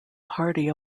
party